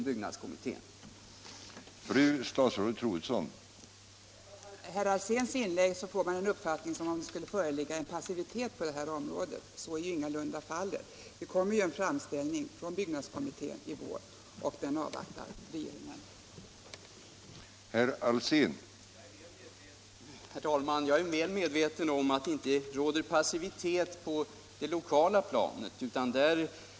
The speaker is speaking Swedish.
av bestämmelserna om kriminalvård i anstalt